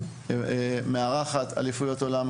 אילת מארחת אליפויות עולם,